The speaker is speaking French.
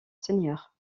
seigneur